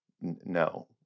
No